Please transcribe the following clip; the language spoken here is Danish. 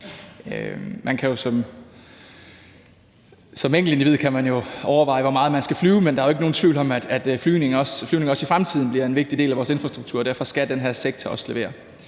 Man kan jo som enkeltindivid overveje, hvor meget man skal flyve, men der er ikke nogen tvivl om, at flyvning også i fremtiden bliver en vigtig del af vores infrastruktur, og derfor skal den her sektor også levere.